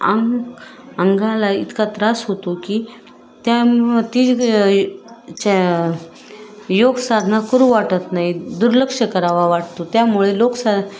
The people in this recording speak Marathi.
अंग अंगाला इतका त्रास होतो की त्या म ती जी ग च्या योग साधना करू वाटत नाही दुर्लक्ष करावा वाटतो त्यामुळे लोकसा